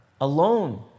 alone